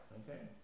okay